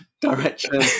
direction